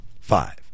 Five